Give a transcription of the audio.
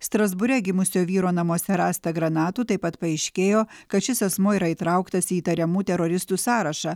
strasbūre gimusio vyro namuose rasta granatų taip pat paaiškėjo kad šis asmuo yra įtrauktas į įtariamų teroristų sąrašą